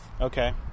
Okay